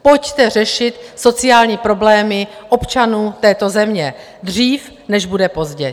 Pojďte řešit sociální problémy občanů této země dřív, než bude pozdě.